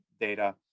data